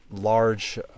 large